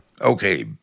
Okay